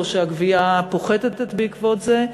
או שהגבייה פוחתת בעקבות זה.